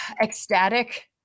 ecstatic